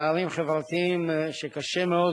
פערים חברתיים, וקשה מאוד